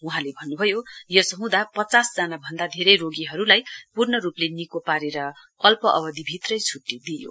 वहाँले भन्नुभयो यसो हँदा पचास जना भन्दा धेरै रोगीहरूलाई पूर्णरूपले निको पारेर अल्प अवधिभित्रै छ्ट्टी दिइयो